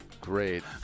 great